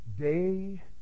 day